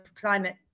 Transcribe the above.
climate